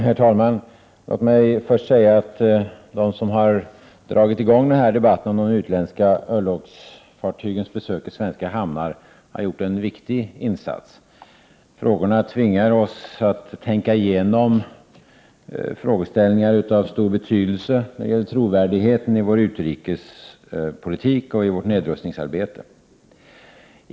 Herr talman! Låt mig först säga att de som har dragit i gång denna debatt om de utländska örlogsfartygens besök i svenska hamnar har gjort en viktig insats. Frågorna tvingar oss att tänka igenom frågeställningar av stor betydelse för trovärdigheten i vår utrikespolitik och i vårt nedrustningsarbete.